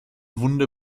wunde